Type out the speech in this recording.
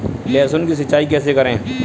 लहसुन की सिंचाई कैसे करें?